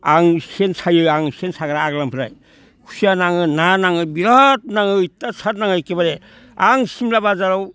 आं सेन सायो आं सेन साग्रा आग्लानिफ्राय खुसिया नाङो ना नाङो बिराद नाङो अयथासार नाङो एखेबारे आं सिमला बाजाराव